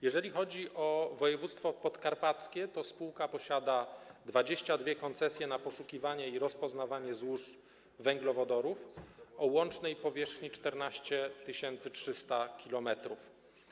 Jeżeli chodzi o województwo podkarpackie, to spółka posiada 22 koncesje na poszukiwanie i rozpoznawanie złóż węglowodorów o łącznej powierzchni 14 300 km2.